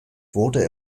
wurde